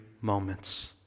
moments